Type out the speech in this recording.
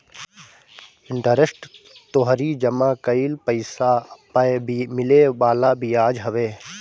interest तोहरी जमा कईल पईसा पअ मिले वाला बियाज हवे